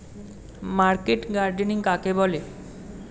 Market gardening কাকে বলে?